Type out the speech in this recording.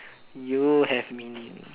you have meaning